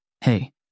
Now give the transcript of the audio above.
Hey